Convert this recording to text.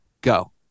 Go